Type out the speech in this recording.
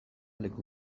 leku